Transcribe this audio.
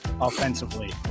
offensively